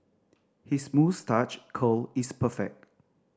his moustache curl is perfect